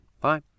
Bye